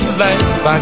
life